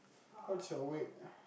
what's your weight